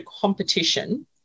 competition